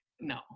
no